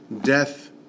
death